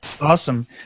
Awesome